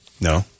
No